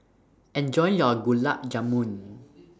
Enjoy your Gulab Jamun